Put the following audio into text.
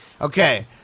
Okay